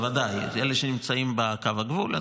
בוודאי אלה שנמצאים בקו הגבול.